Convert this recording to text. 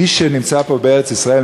מי שנמצא פה בארץ-ישראל,